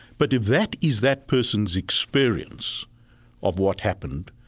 but if that is that person's experience of what happened,